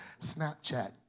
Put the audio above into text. Snapchat